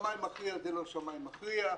שמאי מכריע זה לא שמאי מכריע,